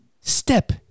step